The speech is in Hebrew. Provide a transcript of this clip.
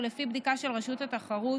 ולפי בדיקה של רשות התחרות,